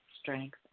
strength